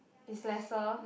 is lesser